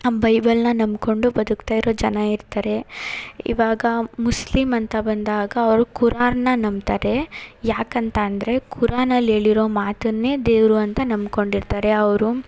ಬೈಬಲ್ನ ನಂಬಿಕೊಂಡು ಬದುಕ್ತಾ ಇರೋ ಜನ ಇರ್ತಾರೆ ಇವಾಗ ಮುಸ್ಲಿಮ್ ಅಂತ ಬಂದಾಗ ಅವರು ಕುರಾನನ್ನ ನಂಬ್ತಾರೆ ಯಾಕೆ ಅಂತ ಅಂದರೆ ಕುರಾನಲ್ಲಿ ಹೇಳಿರೋ ಮಾತನ್ನೇ ದೇವರು ಅಂತ ನಂಬ್ಕೊಂಡು ಇರ್ತಾರೆ ಅವರು